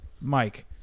Mike